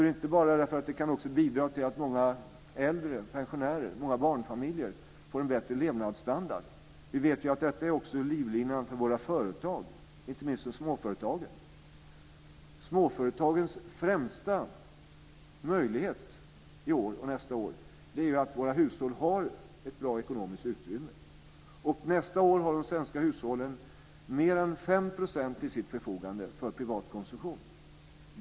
Det är inte bara för att det kan bidra till att många äldre, pensionärer och barnfamiljer ska få en bättre levnadsstandard. Vi vet också att detta är en livlina för företagen, inte minst för småföretagen. Småföretagens främsta möjlighet i år och nästa år är att hushållen har ett bra ekonomiskt utrymme. Under nästa år har de svenska hushållen mer än 5 % till sitt förfogande för privat konsumtion.